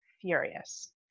furious